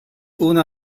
una